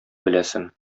беләсем